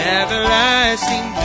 everlasting